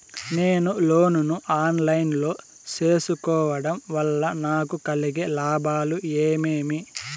నేను లోను ను online లో సేసుకోవడం వల్ల నాకు కలిగే లాభాలు ఏమేమీ?